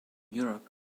europe